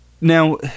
Now